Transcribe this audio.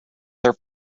their